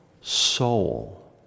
soul